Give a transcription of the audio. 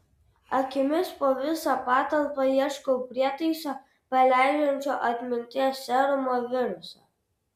akimis po visą patalpą ieškau prietaiso paleidžiančio atminties serumo virusą